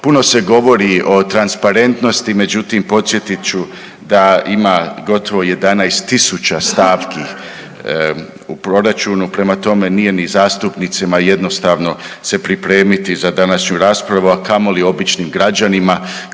Puno se govori o transparentnosti međutim podsjetit ću da ima gotovo 11.000 stavki u proračunu prema tome nije ni zastupnicima jednostavno se pripremiti za današnju raspravu, a kamoli običnim građanima